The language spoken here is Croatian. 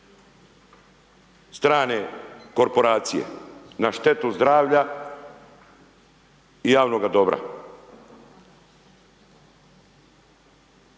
strane korporacije. Na štetu zdravlja i javnoga dobra.